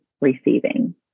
receiving